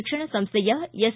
ಶಿಕ್ಷಣ ಸಂಸ್ಟೆಯ ಎಸ್